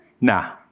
nah